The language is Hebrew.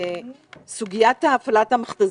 להתייחס לסוגיית הפעלת המכת"זיות.